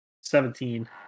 Seventeen